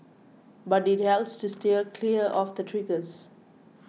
but it helps to steer clear of the triggers